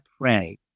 pray